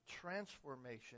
transformation